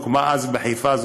הוקמה אז ועדה בחיפה,